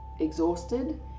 exhausted